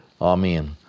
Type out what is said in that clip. amen